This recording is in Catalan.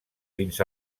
fins